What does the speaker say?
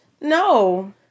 No